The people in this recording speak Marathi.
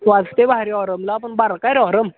वाजत आहे भारी ऑरमला पण बारीक आहे रे हॉरम